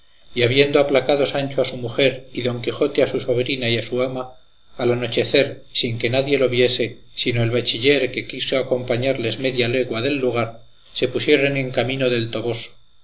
y habiendo aplacado sancho a su mujer y don quijote a su sobrina y a su ama al anochecer sin que nadie lo viese sino el bachiller que quiso acompañarles media legua del lugar se pusieron en camino del toboso